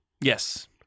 Yes